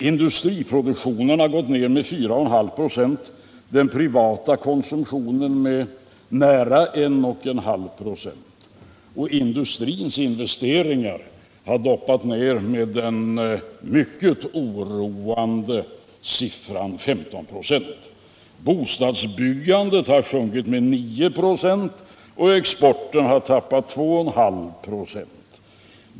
Industriproduktionen har gått ner med 4,5 96 och den privata konsumtionen med nära 1,5 96. Industrins investeringar har doppat ner med den mycket oroande siffran 15 96. Bostadsbyggandet har sjunkit med 9 96 , och exporten har tappat 2,5 96.